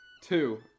Two